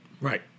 right